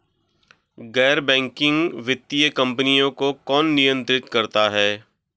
गैर बैंकिंग वित्तीय कंपनियों को कौन नियंत्रित करता है?